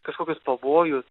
kažkokius pavojus